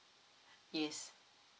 yes